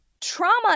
Trauma